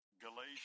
Galatians